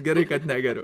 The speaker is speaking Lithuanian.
gerai kad negeriu